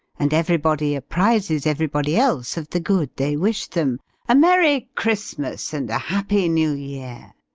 and everybody apprizes everybody else of the good they wish them a merry christmas and a happy new year!